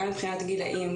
גם מבחינת גילאים,